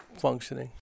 functioning